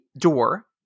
door